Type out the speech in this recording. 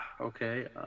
okay